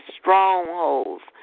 strongholds